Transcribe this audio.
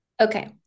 Okay